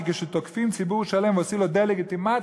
כי כשתוקפים ציבור שלם ועושים לו דה-לגיטימציה